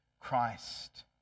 Christ